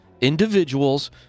Individuals